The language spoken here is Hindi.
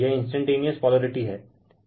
यह इन्सटेनटेनिअस पोलारिटी हैं